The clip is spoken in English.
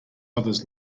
others